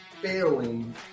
failing